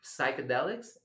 psychedelics